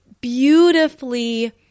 beautifully